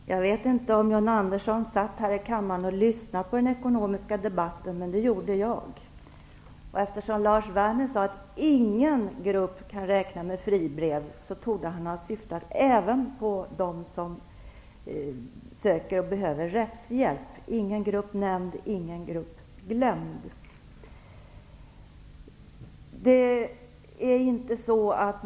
Herr talman! Jag vet inte om John Andersson satt här i kammaren och lyssnade på den ekonomiska debatten. Det gjorde jag. Eftersom Lars Werner sade att ingen grupp kan räkna med fribrev, torde han ha syftat även på dem som söker och behöver rättshjälp, ingen grupp nämnd och ingen grupp glömd.